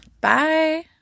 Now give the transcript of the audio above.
Bye